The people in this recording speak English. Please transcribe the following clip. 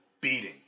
beating